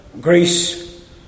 Greece